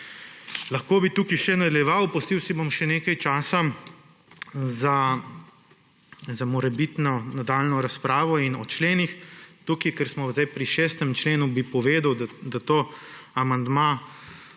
Lahko bi tukaj še nadaljeval. Pustil si bom še nekaj časa za morebitno nadaljnjo razpravo o členih. Ker smo sedaj pri 6. členu, bi povedal, da amandma